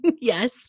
Yes